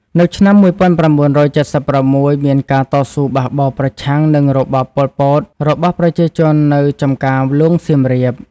នៅឆ្នាំ ១៩៧៦ មានការតស៊ូបះបោរប្រឆាំង និងរបប ប៉ុល ពត របស់ប្រជាជននៅ ចម្ការហ្លួងសៀមរាប។